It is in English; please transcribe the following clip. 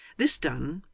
this done,